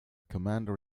commander